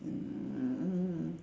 mm